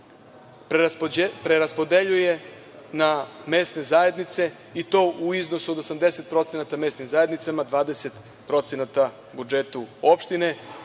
preraspodeljuje na mesne zajednice, i to u iznosu od 80% mesnim zajednicama, a 20% budžetu opštine,